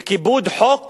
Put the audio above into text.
וכיבוד חוק